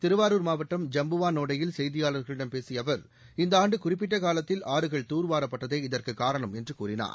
திருவாரூர் மாவட்டம் ஜம்புவானோடையில் செய்தியாளர்களிடம் பேசிய அவர் இந்த ஆண்டு குறிப்பிட்ட காலத்தில் ஆறுகள் தூர் வாரப்பட்டதே இதற்குக் காரணம் என்று கூறினார்